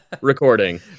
recording